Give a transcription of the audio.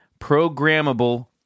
programmable